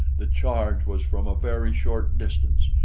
the charge was from a very short distance,